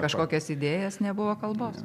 kažkokias idėjas nebuvo kalbos